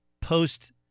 post